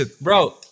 Bro